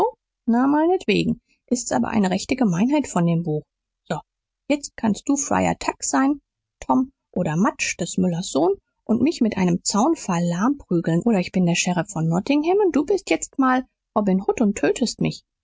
na meinetwegen s ist aber eine rechte gemeinheit von dem buch so jetzt kannst du friar tuck sein tom oder much des müllers sohn und mich mit einem zaunpfahl lahm prügeln oder ich bin der sheriff von nottingham und du bist jetzt mal robin hood und tötest mich